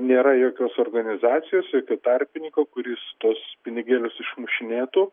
nėra jokios organizacijos jokio tarpininko kuris tuos pinigėlius išmušinėtų